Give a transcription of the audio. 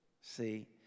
See